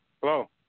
Hello